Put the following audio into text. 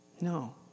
No